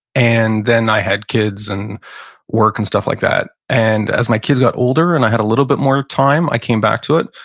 and then i had kids and work and stuff like that. and as my kids got older and i had a little bit more time, i came back to it.